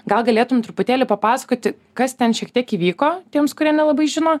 gal galėtum truputėlį papasakoti kas ten šiek tiek įvyko tiems kurie nelabai žino